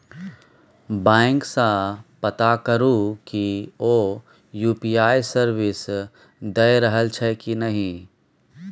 bank सँ पता करु कि ओ यु.पी.आइ सर्विस दए रहल छै कि नहि